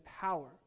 power